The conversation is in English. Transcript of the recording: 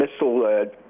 missile